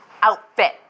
outfit